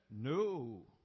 no